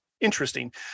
interesting